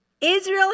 Israel